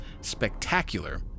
spectacular